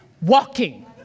walking